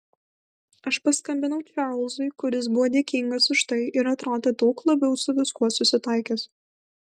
aš paskambinau čarlzui kuris buvo dėkingas už tai ir atrodė daug labiau su viskuo susitaikęs